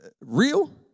real